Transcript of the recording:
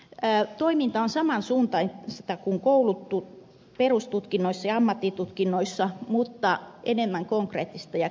toiminta on samansuuntaista kuin perustutkinnoissa ja ammattitutkinnoissa mutta enemmän konkreettista ja käytännöllistä